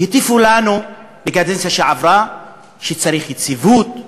הטיפו לנו בקדנציה שעברה שצריך יציבות,